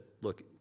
Look